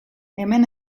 hemen